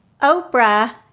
Oprah